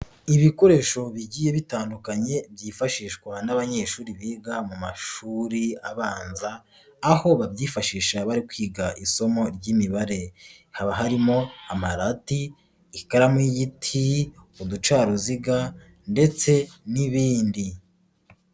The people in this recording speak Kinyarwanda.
Ibikoresho bigiye bitandukanye byifashishwa n'abanyeshuri biga mu mashuri abanza, aho babyifashisha bari kwiga isomo ry'imibare haba harimo amarati, ikaramu y'igiti, uducaruziga, ndetse n'ibindi.